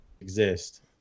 exist